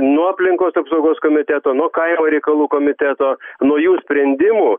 nuo aplinkos apsaugos komiteto nuo kaimo reikalų komiteto naujų sprendimų